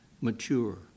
mature